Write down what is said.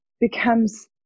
becomes